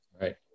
Right